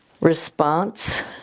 response